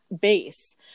base